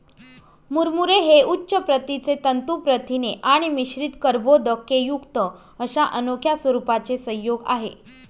मुरमुरे हे उच्च प्रतीचे तंतू प्रथिने आणि मिश्रित कर्बोदकेयुक्त अशा अनोख्या स्वरूपाचे संयोग आहे